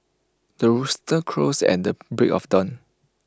the rooster crows at the break of dawn